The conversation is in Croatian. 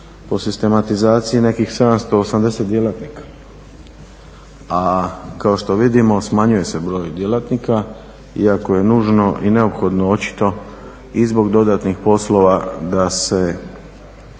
po sistematizaciji nekih 780 djelatnika, a kao što vidimo smanjuje se broj djelatnika iako je nužno i neophodno očito i zbog dodatnih poslova da se,